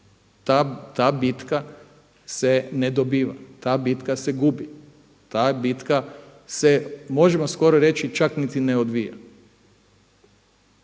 Ta bitka se ne dobiva, ta bitka se gubi. Ta bitka se, možemo skoro reći čak niti ne odvija.